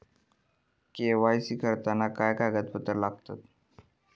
KYC करताना काय कागदपत्रा लागतत?